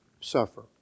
suffer